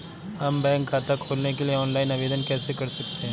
हम बैंक खाता खोलने के लिए ऑनलाइन आवेदन कैसे कर सकते हैं?